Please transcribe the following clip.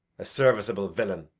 a serviceable villain,